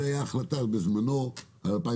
זו הייתה החלטה שנתקבלה בזמנו על השנים